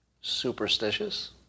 superstitious